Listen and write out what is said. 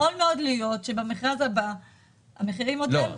יכול מאוד להיות שבמכרז הבא המחירים עוד יעלו.